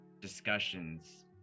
discussions